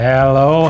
Hello